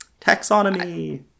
Taxonomy